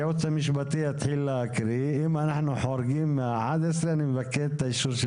את האישור של